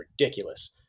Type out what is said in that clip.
ridiculous